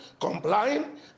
complying